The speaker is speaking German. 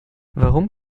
warum